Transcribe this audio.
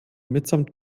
mitsamt